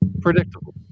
Predictable